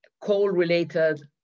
coal-related